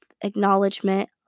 acknowledgement